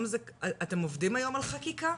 אתם עובדים היום על חקיקה?